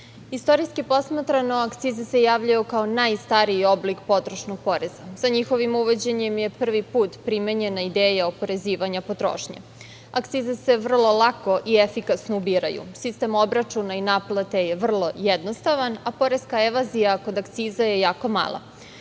istorijski posmatrano, akcize se javljaju kao najstariji oblik potrošnog poreza. Sa njihovim uvođenjem je prvi put primenjena ideja o oporezivanju potrošnje. Akcize se vrlo lako i efikasno ubiraju. Sistem obračuna i naplate je vrlo jednostavan, a poreska evazija kod akciza je jako mala.U